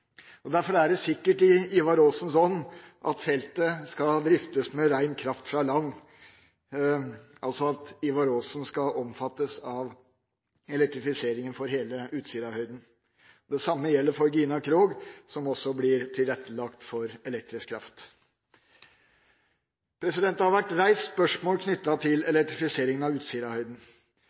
Derfor er det sikkert i Ivar Aasens ånd at feltet skal driftes med rein kraft fra land, altså at Ivar Aasen skal omfattes av elektrifiseringen for hele Utsirahøyden. Det samme gjelder for Gina Krog-feltet, som også blir tilrettelagt for elektrisk kraft. Det har vært reist spørsmål knyttet til elektrifiseringen av Utsirahøyden.